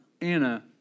Anna